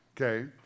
Okay